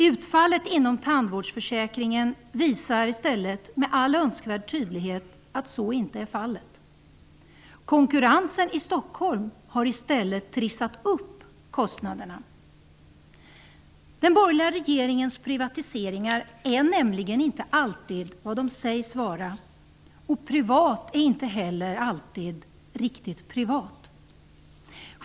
Utfallet inom tandvårdsförsäkringen visar i stället med all önskvärt tydlighet att så inte är fallet. Konkurrensen i Stockholm har i stället trissat upp kostnaderna. Den borgerliga regeringens privatiseringar är nämligen inte alltid vad de sägs vara. ''Privat'' är inte heller alltid riktigt privat.